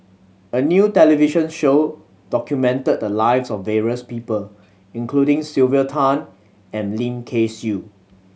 a new television show documented the lives of various people including Sylvia Tan and Lim Kay Siu